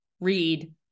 read